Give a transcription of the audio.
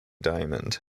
diamond